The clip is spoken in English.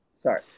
Sorry